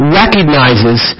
recognizes